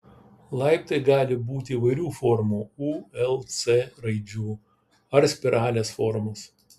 laiptai gali būti įvairių formų u l c raidžių ar spiralės formos